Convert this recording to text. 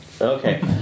Okay